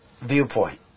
viewpoint